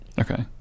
Okay